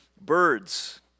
birds